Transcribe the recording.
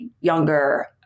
younger